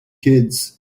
kids